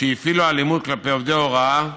שהפעילו אלימות כלפי עובדי הוראה.